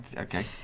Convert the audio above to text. okay